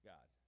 God